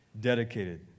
dedicated